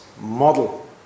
model